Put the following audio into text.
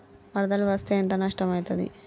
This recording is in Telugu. వరదలు వస్తే ఎంత నష్టం ఐతది?